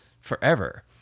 forever